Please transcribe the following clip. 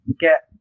get